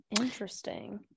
Interesting